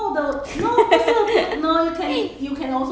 no ah the power walk for elderlies only